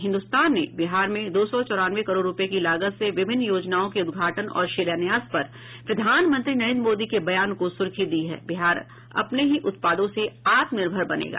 हिन्दुस्तान ने बिहार में दो सौ चौरानवे करोड़ रूपये की लागत से विभिन्न योजनाओं के उद्घाटन और शिलान्यास पर प्रधानमंत्री नरेन्द्र मोदी के बयान को सुर्खी दी है बिहार अपने ही उत्पादों से आत्मनिर्भर बनेगा